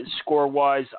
score-wise